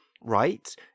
right